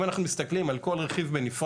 אם אנחנו מסתכלים על כל רכיב בנפרד,